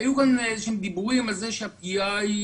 היו כל מיני דיבורים על זה שהפגיעה היא